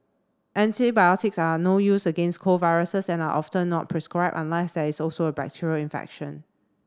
antibiotics are no use against cold viruses and are often not prescribed unless there is also a bacterial infection